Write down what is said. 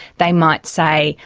they might say,